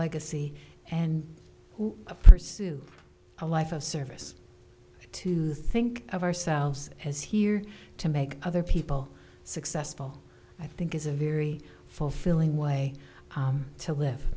legacy and a pursue a life of service to think of ourselves as here to make other people successful i think is a very fulfilling way to live